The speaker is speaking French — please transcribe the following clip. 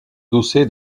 doucet